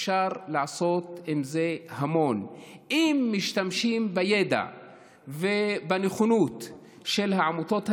אפשר לעשות עם זה המון אם משתמשים בידע ובנכונות של העמותות האלה,